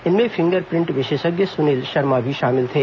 इनमें fingerprint विशेषज्ञ सुनील शर्मा शामिल थे